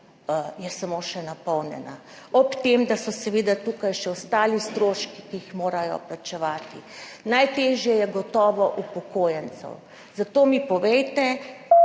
je še napolnjena. Ob tem, da so seveda tukaj še ostali stroški, ki jih morajo plačevati. Najtežje je gotovo upokojencem. Zato mi povejte,